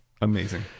Amazing